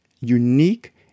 unique